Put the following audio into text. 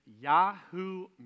Yahoo